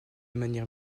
manière